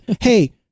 hey